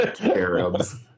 Arabs